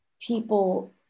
people